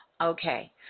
Okay